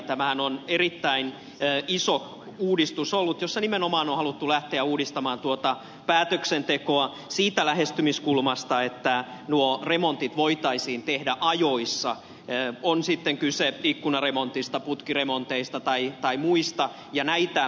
tämähän on ollut erittäin iso uudistus jossa nimenomaan on haluttu lähteä uudistamaan päätöksentekoa siitä lähestymiskulmasta että remontit voitaisiin tehdä ajoissa on sitten kyse ikkunaremonteista putkiremonteista tai muista